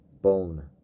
Bone